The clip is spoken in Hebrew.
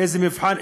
איזה מבחן,